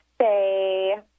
say